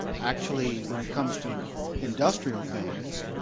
actually, when it comes to industrial things,